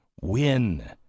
win